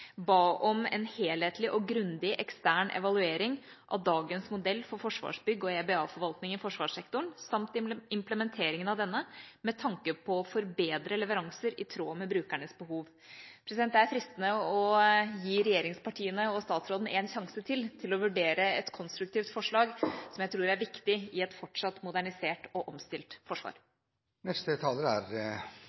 ba om en helhetlig og grundig ekstern evaluering av dagens modell for Forsvarsbygg og EBA-forvaltning i forsvarssektoren samt implementeringen av denne, med tanke på å forbedre leveranser i tråd med brukernes behov. Det er fristende å gi regjeringspartiene og statsråden en sjanse til til å vurdere et konstruktivt forslag, som jeg tror er viktig i et fortsatt modernisert og omstilt forsvar.